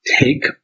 take